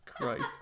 Christ